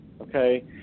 Okay